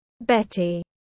Betty